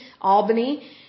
Albany